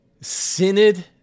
synod